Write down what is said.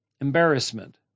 embarrassment